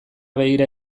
begira